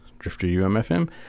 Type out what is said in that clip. drifterumfm